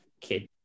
kid